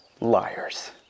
Liars